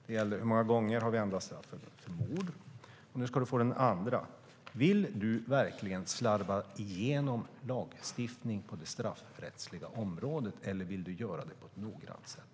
Den första var hur många gånger vi har ändrat straffet för mord. Den andra är: Vill du verkligen slarva igenom lagstiftning på det straffrättsliga området, eller vill du göra det på ett noggrant sätt?